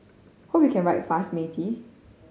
hope you can write fast Matey